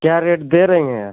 क्या रेट दे रही हैं